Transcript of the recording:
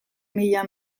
mila